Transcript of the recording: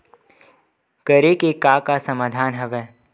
करे के का का साधन हवय?